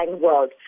world